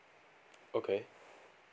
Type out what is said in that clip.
okay